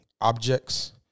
objects